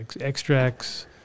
extracts